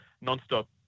non-stop